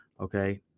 Okay